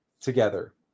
together